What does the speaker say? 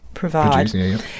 provide